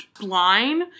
line